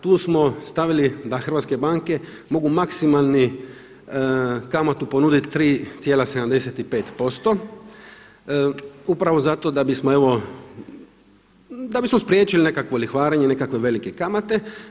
Tu smo stavili da hrvatske banke mogu maksimalnu kamatu ponuditi 3,75% upravo zato da bismo evo, da bismo spriječili nekakvo lihvarenje, nekakve velike kamate.